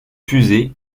fusée